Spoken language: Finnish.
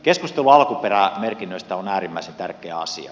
keskustelu alkuperämerkinnöistä on äärimmäisen tärkeä asia